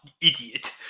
idiot